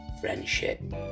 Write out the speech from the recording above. Friendship